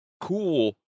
cool